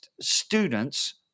students